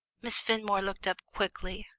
miss fenmore looked up quickly.